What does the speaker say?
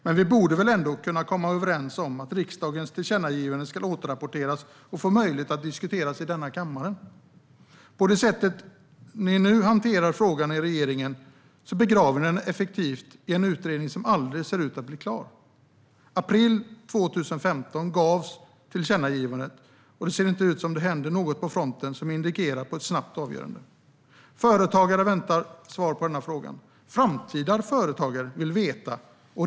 Men när det gäller riksdagens tillkännagivande borde vi väl ändå kunna komma överens om att det ska återrapporteras och att vi ska få möjlighet att diskutera det i denna kammare. På det sätt ni nu hanterar frågan i regeringen begraver ni den effektivt i en utredning som ser ut att aldrig bli klar. I april 2015 gavs tillkännagivandet, och det ser inte ut som att det händer något på fronten som indikerar att det blir ett snabbt avgörande. Företagare väntar på svar på denna fråga. Framtida företagare vill veta.